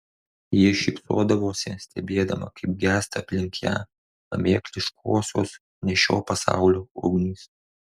ji šypsodavosi stebėdama kaip gęsta aplink ją pamėkliškosios ne šio pasaulio ugnys